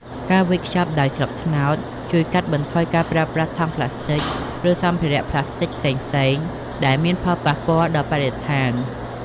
ការវេចខ្ចប់ដោយស្លឹកត្នោតជួយកាត់បន្ថយការប្រើប្រាស់ថង់ប្លាស្ទិក ឬសម្ភារៈប្លាស្ទិកផ្សេងៗ ដែលមានផលប៉ះពាល់ដល់បរិស្ថាន។